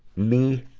me,